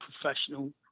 professional